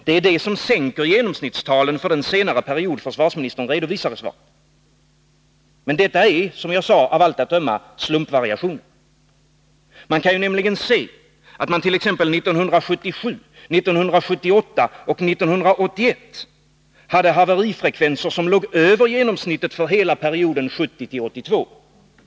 Det är sådana som sänker genomsnittstalen för den senare period som försvarsministern redovisar i sitt svar. Men det är ändå, som jag sade, av allt att döma slumpvariationer. Åren 1977, 1978 och 1981 hade man nämligen haverifrekvenser som låg över genomsnittet för hela perioden 1970-1982.